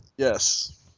Yes